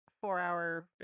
Four-hour